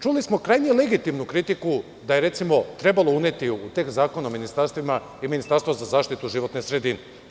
Čuli smo krajnje legitimnu kritiku da je recimo trebalo uneti u tekst Zakona o ministarstvima Ministarstvo za zaštitu životne sredine.